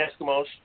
Eskimos